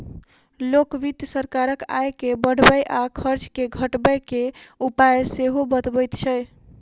लोक वित्त सरकारक आय के बढ़बय आ खर्च के घटबय के उपाय सेहो बतबैत छै